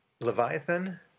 Leviathan